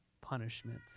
punishment